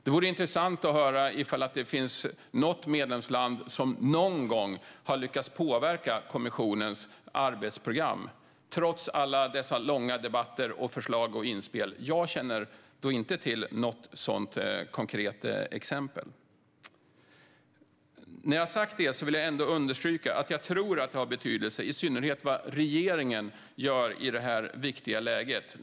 Det vore intressant att höra om det finns något medlemsland som någon gång har lyckats påverka kommissionens arbetsprogram, trots alla dessa långa debatter och alla förslag och inspel. Jag känner då inte till något sådant konkret exempel. Med det sagt vill jag ändå understryka att jag tror att det har betydelse vad i synnerhet regeringen gör i detta viktiga läge.